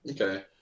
Okay